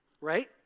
right